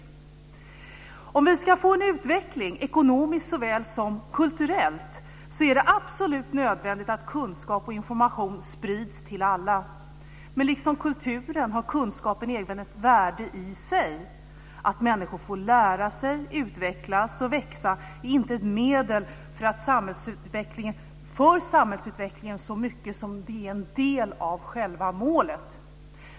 Om vi ska få en utveckling ekonomiskt så väl som kulturellt är det absolut nödvändigt att kunskap och information sprids till alla. Men liksom kulturen har kunskapen även ett värde i sig. Att människor får lära sig, utvecklas och växa är inte ett medel för samhällsutvecklingen så mycket som det är en del av själva målet.